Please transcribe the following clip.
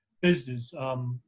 business